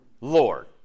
Lord